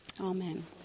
amen